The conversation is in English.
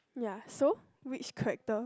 ya so which character